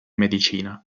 medicina